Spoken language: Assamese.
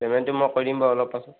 পে'মেণ্টটো মই কৰিম বাৰু অলপ পাছত